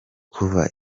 kuva